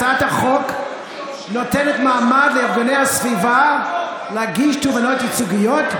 הצעת החוק נותנת מעמד לארגוני הסביבה להגיש תובעות ייצוגיות.